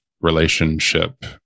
relationship